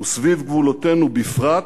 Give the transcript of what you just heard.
וסביב גבולותינו בפרט,